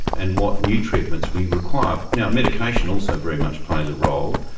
and what new treatments we require. now, medication also very much plays a role,